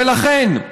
ולכן,